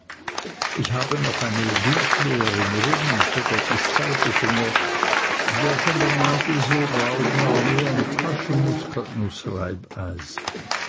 ich habe auch noch eine dunkle erinnerung an peggottys zeigefinger der von der nadel so rauh war wie ein